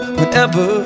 Whenever